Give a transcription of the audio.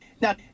now